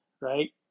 right